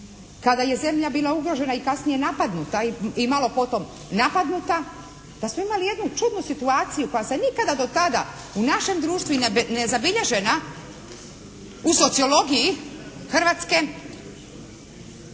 kada je zemlja bila ugrožena i kasnije napadnuta. I malo potom napadnuta. Pa smo imali jednu čudnu situaciju koja se nikada do tada u našem društvu i nezabilježena u sociologiji Hrvatske